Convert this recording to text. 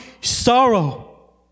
sorrow